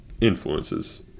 influences